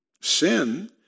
sin